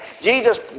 Jesus